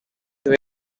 were